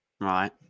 Right